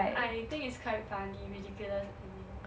I think it's quite funny ridiculous ending